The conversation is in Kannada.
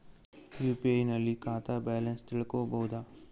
ಯು.ಪಿ.ಐ ನಲ್ಲಿ ಖಾತಾ ಬ್ಯಾಲೆನ್ಸ್ ತಿಳಕೊ ಬಹುದಾ?